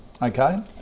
Okay